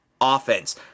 offense